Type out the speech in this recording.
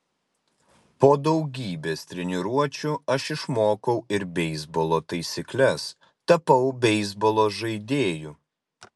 po daugybės treniruočių aš išmokau ir beisbolo taisykles tapau beisbolo žaidėju